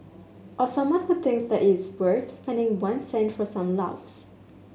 or someone who thinks that it is worth spending one cent for some laughs